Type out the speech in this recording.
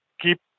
keep